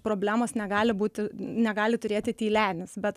problemos negali būti negali turėti tylenis bet